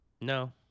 No